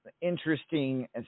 interesting